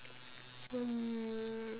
hmm